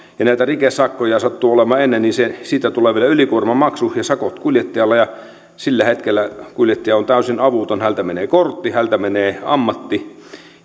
ja näitä rikesakkoja sattuu olemaan ennen niin siitä tulee vielä ylikuormamaksu ja sakot kuljettajalle ja sillä hetkellä kuljettaja on täysin avuton häneltä menee kortti häneltä menee ammatti